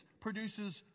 produces